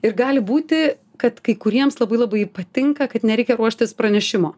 ir gali būti kad kai kuriems labai labai patinka kad nereikia ruoštis pranešimo